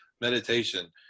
meditation